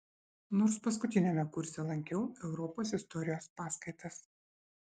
nors paskutiniame kurse lankiau europos istorijos paskaitas